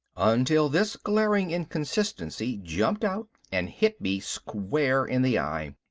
until this glaring inconsistency jumped out and hit me square in the eye.